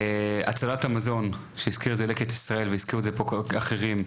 הצלת המזון שהזכיר את זה 'לקט ישראל והזכירו את זה פה אחרים,